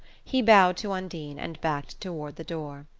he bowed to undine and backed toward the door.